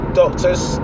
doctor's